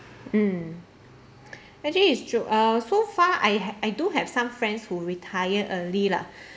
mm actually it's true uh so far I I do have some friends who retire early lah